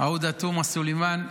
עאידה תומא סלימאן,